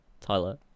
tyler